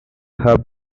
her